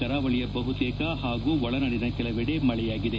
ಕರಾವಳಿಯ ಬಹುತೇಕ ಹಾಗೂ ಒಳನಾಡಿನ ಕೆಲವೆಡೆ ಮಳೆಯಾಗಿದೆ